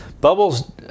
bubbles